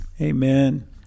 amen